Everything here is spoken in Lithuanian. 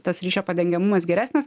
tas ryšio padengiamumas geresnis